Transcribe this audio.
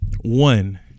One